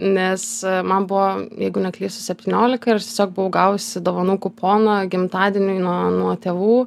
nes man buvo jeigu neklystu septyniolika ir aš tiesiog buvau gavusi dovanų kuponą gimtadieniui nuo nuo tėvų